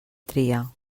tria